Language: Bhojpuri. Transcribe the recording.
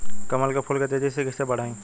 कमल के फूल के तेजी से कइसे बढ़ाई?